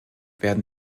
werden